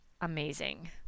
amazing